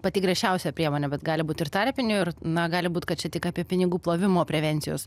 pati griežčiausia priemonė bet gali būt ir tarpinių ir na gali būt kad čia tik apie pinigų plovimo prevencijos